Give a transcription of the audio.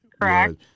Correct